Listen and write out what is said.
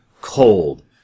cold